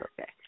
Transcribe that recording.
okay